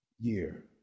year